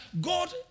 God